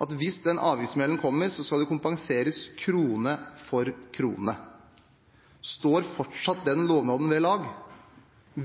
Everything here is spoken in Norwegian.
at hvis den avgiftssmellen kommer, skal det kompenseres krone for krone. Står den lovnaden fortsatt ved lag?